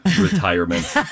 retirement